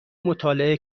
مطالعه